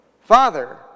Father